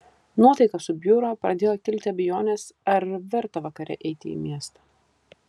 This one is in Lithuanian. nuotaika subjuro pradėjo kilti abejonės ar verta vakare eiti į miestą